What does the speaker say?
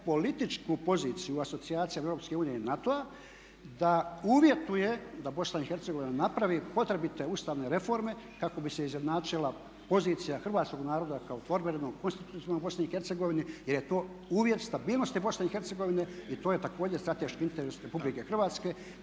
političku poziciju asocijacija EU i NATO-a da uvjetuje da BiH napravi potrebite ustavne reforme kako bi se izjednačila pozicija hrvatskog naroda kao formiranog konstitutivnog u BiH jer je to uvjet stabilnosti BiH i to je također strateški interes Republike Hrvatske